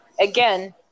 again